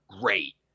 great